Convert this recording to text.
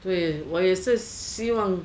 对我也是希望